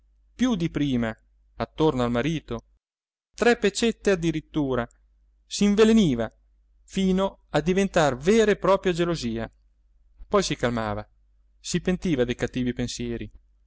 più di prima attorno al marito tre pecette addirittura s'inveleniva fino a diventar vera e propria gelosia poi si calmava si pentiva dei cattivi pensieri